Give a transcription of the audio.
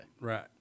Right